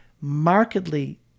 markedly